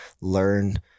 learn